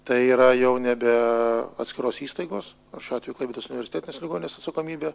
tai yra jau nebe atskiros įstaigos šiuo atveju klaipėdos universitetinės ligoninės atsakomybė